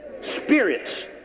Spirits